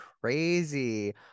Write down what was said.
crazy